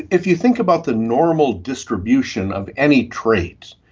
if you think about the normal distribution of any trait,